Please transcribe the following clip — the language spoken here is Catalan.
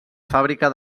fàbrica